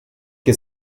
que